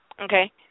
Okay